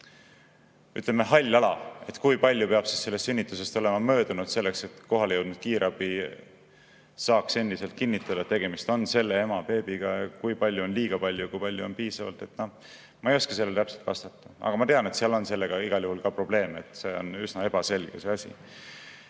ütleme, hall ala, et kui palju peab sellest sünnitusest olema möödunud, selleks et kohale jõudnud kiirabi saaks kinnitada, et tegemist on selle ema beebiga. Kui palju on liiga palju, kui palju on piisavalt? Ma ei oska sellele täpselt vastata, aga ma tean, et sellega on igal juhul probleeme, see asi on üsna ebaselge.